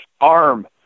arm